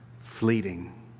fleeting